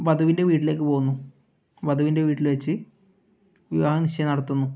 വധുവിൻ്റെ വീട്ടിലേക്ക് പോകുന്നു വധുവിൻ്റെ വീട്ടിൽ വെച്ച് വിവാഹ നിശ്ചയം നടത്തുന്നു